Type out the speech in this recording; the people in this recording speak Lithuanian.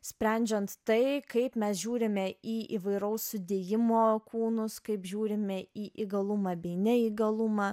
sprendžiant tai kaip mes žiūrime į įvairaus sudėjimo kūnus kaip žiūrime į įgalumą bei neįgalumą